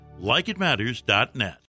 likeitmatters.net